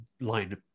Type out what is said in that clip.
line